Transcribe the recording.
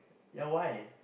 ya why